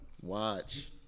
Watch